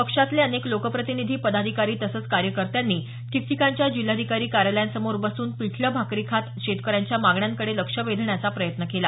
पक्षातले अनेक लोकप्रतिनिधी पदाधिकारी तसंच कार्यकर्त्यांनी ठिकठिकाणच्या जिल्हाधिकारी कार्यालयांसमोर बसून पिठलं भाकरी खात शेतकऱ्यांच्या मागण्यांकडे लक्ष वेधण्याचा प्रयत्न केला